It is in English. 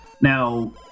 Now